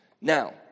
Now